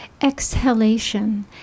exhalation